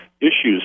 issues